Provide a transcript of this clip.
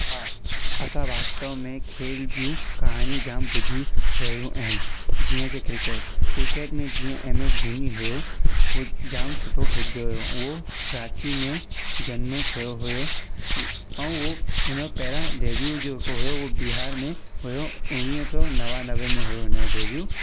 हा असां वास्तव में खेल जूं कहानियूं जाम पुजियूं रहियूं आहिनि जीअं की क्रिकेट क्रिकेट में जीअं एम एस धोनी हुयो उहो जाम सुठो खेॾंदो हुयो उहो रांची में जनमु थियो हुयो ऐं उहो हुन पहिरां डेब्यू जेको हुयो उहो बिहार में हुयो उणिवीह सौ नवानवे में हुयो हुनजो डेब्यू